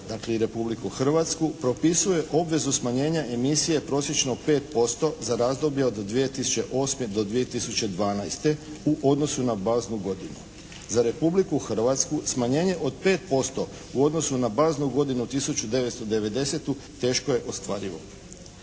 dakle i Republiku Hrvatsku propisuje obvezu smanjenja emisije prosječno 5% za razdoblje od 2008. do 2012. u odnosu na baznu godinu. Za Republiku Hrvatsku smanjenje od 5% u odnosu na baznu godinu 1990. teško je ostvarivo.